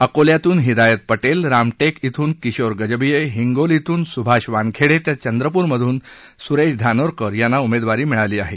अकोल्यातून हिदायत पटेल रामटेक किशोर गजभिये हिंगोली सुभाष वानखेडे तर चंद्रपूरमधून सुरेश धानोरकर यांना उमेदवारी मिळाली आहे